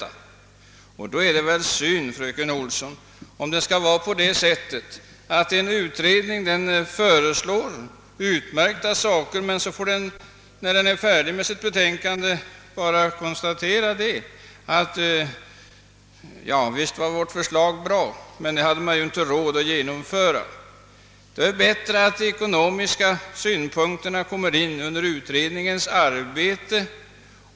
Och det är väl synd, fröken Olsson, om en utredning föreslår utmärkta åtgärder men får, när betänkandet är färdigt, kontatera att visserligen var förslaget bra, men man hade inte råd att genomföra det. Då är det bättre att de ekonomiska synpunkterna också kommer med i utredningens arbete.